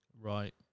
Right